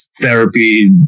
therapy